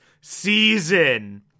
season